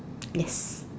yes